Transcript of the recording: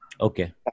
okay